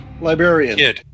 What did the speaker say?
librarian